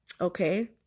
okay